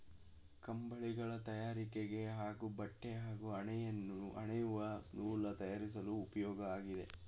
ಕಂಬಳಿಗಳ ತಯಾರಿಕೆಗೆ ಹಾಗೂ ಬಟ್ಟೆ ಹಾಗೂ ಹೆಣೆಯುವ ನೂಲು ತಯಾರಿಸಲು ಉಪ್ಯೋಗ ಆಗಿದೆ